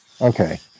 Okay